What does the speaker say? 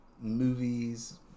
movies